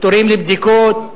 תורים לבדיקות,